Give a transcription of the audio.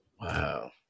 wow